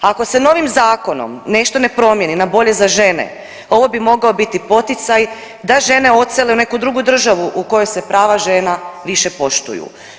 Ako se novim zakonom nešto ne promijeni na bolje za žene ovo bi mogao biti poticaj da žene odsele u neku državu u kojoj se prava žena više poštuju.